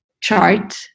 chart